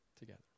together